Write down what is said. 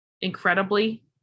incredibly